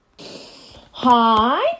Hi